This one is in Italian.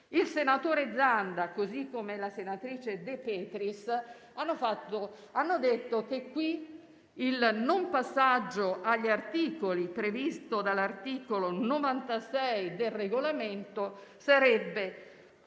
Il senatore Zanda, così come la senatrice De Petris, ha detto che qui, il non passaggio all'esame degli articoli, previsto dall'articolo 96 del Regolamento del